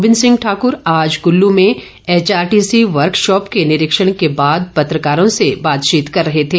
गोविंद सिंह ठाकुर आज कुल्लू में HRTC workshop के निरीक्षण के बाद पत्रकारों से बातचीत कर रहे थे